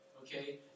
Okay